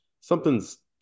something's